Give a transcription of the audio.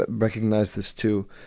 but recognize this too.